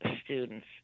students